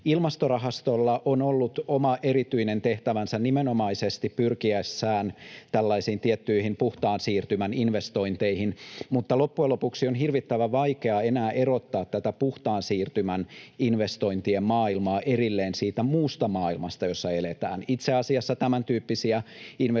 Ilmastorahastolla on ollut oma erityinen tehtävänsä nimenomaisesti pyrkiessään tällaisiin tiettyihin puhtaan siirtymän investointeihin, mutta loppujen lopuksi on hirvittävän vaikeaa enää erottaa tätä puhtaan siirtymän investointien maailmaa erilleen siitä muusta maailmasta, jossa eletään. Itse asiassa tämäntyyppisiä investointipäätöksiä